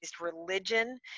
religion